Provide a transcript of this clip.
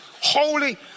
holy